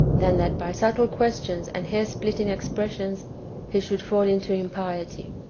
than that by subtle questions and hairsplitting expres sions he should fall into impiety.